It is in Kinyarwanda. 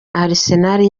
arsenal